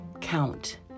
count